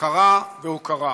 הכרה והוקרה.